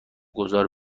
گذار